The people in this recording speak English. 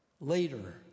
later